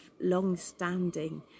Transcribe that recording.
long-standing